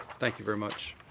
thank you very much,